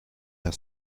her